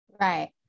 Right